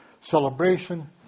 celebration